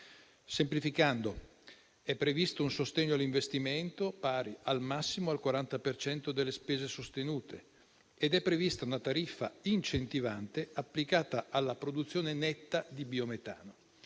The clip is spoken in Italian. Semplificando, è previsto un sostegno all'investimento, pari al massimo al 40 per cento delle spese sostenute, ed è prevista una tariffa incentivante applicata alla produzione netta di biometano.